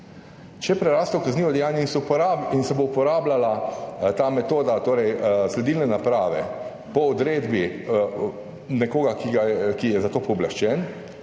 Če preraste v kaznivo dejanje in se bo uporabljala ta metoda, torej sledilna naprava po odredbi nekoga, ki je za to pooblaščen,